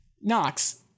Knox